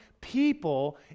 people